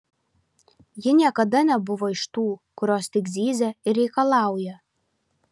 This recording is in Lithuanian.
ji niekada nebuvo iš tų kurios tik zyzia ir reikalauja